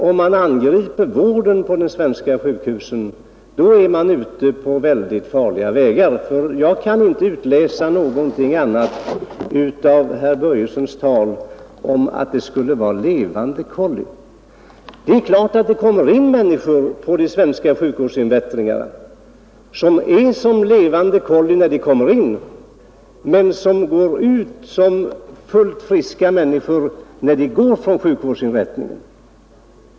Om man angriper vården på de svenska sjukhusen är man ute på mycket felaktiga vägar — och jag kan inte av herr Börjessons tal om ”levande kollin” utläsa annat än att det är fråga om detta. Självfallet finns det människor på de svenska sjukvårdsinrättningarna som är som levande kollin när de kommer in men som är fullt friska när de går ut från sjukvårdsinrättningen.